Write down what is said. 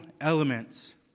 elements